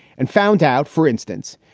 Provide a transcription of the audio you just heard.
and found out, for instance,